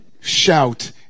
shout